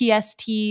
PST